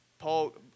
Paul